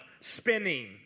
spinning